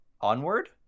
Onward